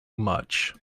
much